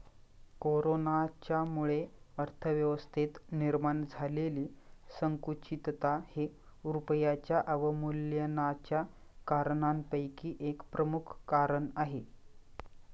कोरोनाच्यामुळे अर्थव्यवस्थेत निर्माण झालेली संकुचितता हे रुपयाच्या अवमूल्यनाच्या कारणांपैकी एक प्रमुख कारण आहे